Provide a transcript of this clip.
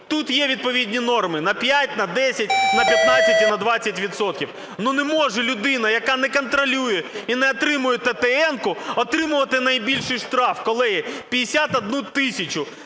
тут є відповідні норми – на 5, на 10, на 15 і на 20 відсотків. Не може людина, яка не контролює і не отримує ТТН, отримувати найбільший штраф, колеги, 51 тисячу.